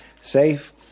safe